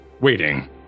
waiting